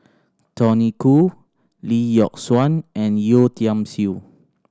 Tony Khoo Lee Yock Suan and Yeo Tiam Siew